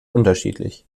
unterschiedlich